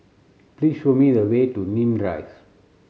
please show me the way to Nim Drive